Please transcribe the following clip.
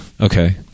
Okay